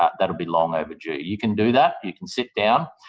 ah that would be long overdue. you can do that. you can sit down,